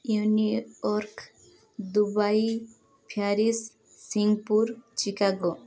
New York Dubai Paris Singapore Chicago